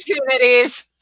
opportunities